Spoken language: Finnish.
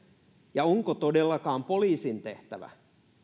ja onko todellakaan poliisin tehtävä